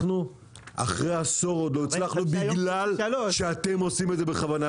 אנחנו אחרי עשור עוד לא הצלחנו בגלל שאתם עושים את זה בכוונה.